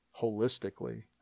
holistically